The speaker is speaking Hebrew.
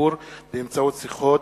צבאי בנבחרות ישראל,